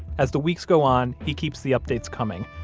as the weeks go on, he keeps the updates coming,